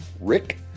Rick